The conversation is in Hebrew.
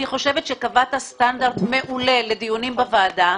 אני חושבת שקבעת סטנדרט מעולה לדיונים בוועדה.